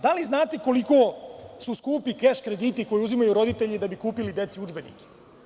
Da li znate koliko su skupi keš krediti koje uzimaju roditelji da bi kupili deci udžbenike?